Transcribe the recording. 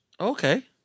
Okay